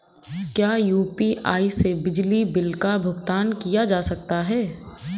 क्या यू.पी.आई से बिजली बिल का भुगतान किया जा सकता है?